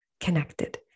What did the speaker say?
connected